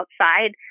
outside